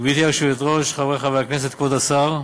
גברתי היושבת-ראש, חברי חברי הכנסת, כבוד השר,